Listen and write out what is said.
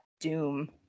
doom